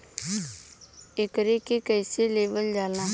एकरके कईसे लेवल जाला?